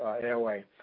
airway